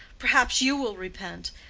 perhaps you will repent.